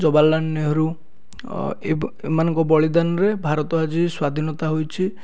ଜବାହାରନାଲ ନେହେରୁ ଏମାନଙ୍କ ବଳିଦାନରେ ଭାରତ ଆଜି ସ୍ୱାଧୀନତା ହୋଇଛି